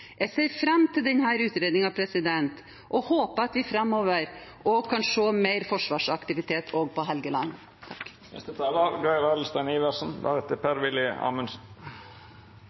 Jeg ser fram til denne utredningen og håper at vi framover kan se mer forsvarsaktivitet også på Helgeland.